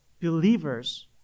believers